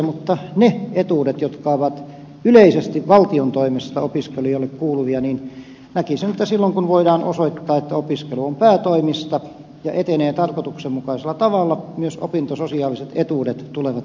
mutta ne etuudet jotka ovat yleisesti valtion toimesta näkisin niin että silloin kun voidaan osoittaa että opiskelu on päätoimista ja etenee tarkoituksenmukaisella tavalla ne etuudet jotka ovat yleisesti valtion toimesta opiskelijoille kuuluvia opintososiaaliset etuudet tulevat myös näille opiskelijoille